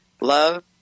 love